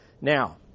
Now